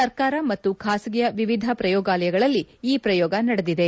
ಸರ್ಕಾರ ಮತ್ತು ಖಾಸಗಿಯ ವಿವಿಧ ಪ್ರಯೋಗಾಲಯಗಳಲ್ಲಿ ಈ ಪ್ರಯೋಗ ನಡೆದಿದೆ